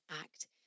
act